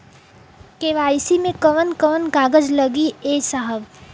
KYC मे कवन कवन कागज लगी ए साहब?